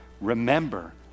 Remember